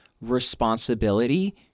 responsibility